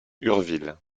urville